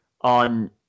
on